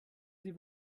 sie